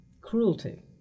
cruelty